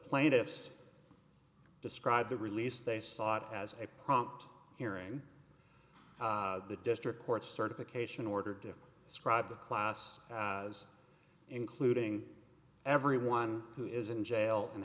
plaintiffs described the release they sought as a prompt hearing the district court certification ordered to describe the class as including everyone who is in jail